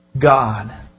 God